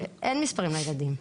אין מספרים לילדים.